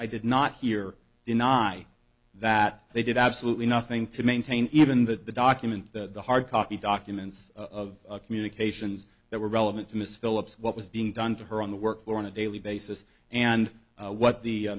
i did not hear deny that they did absolutely nothing to maintain even that the document that the hard copy documents of communications that were relevant to miss philips what was being done to her on the work floor on a daily basis and what the